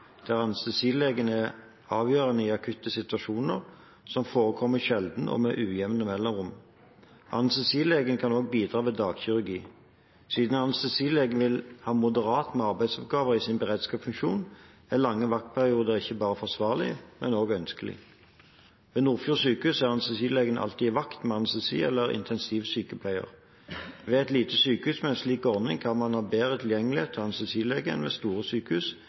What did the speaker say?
der anestesilegen er avgjørende i akutte situasjoner, som forekommer sjelden og med ujevne mellomrom. Anestesilegen kan også bistå ved dagkirurgi. Siden anestesilegen vil ha moderat med arbeidsoppgaver i sin beredskapsfunksjon, er lange vaktperioder ikke bare forsvarlig, men også ønskelig. Ved Nordfjord sjukehus er anestesilegen alltid på vakt med anestesi- eller intensivsykepleier. Ved et lite sykehus med en slik ordning kan man ha bedre tilgjengelighet til anestesilege enn ved store sykehus,